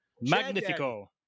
Magnifico